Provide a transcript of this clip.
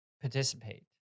participate